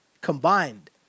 combined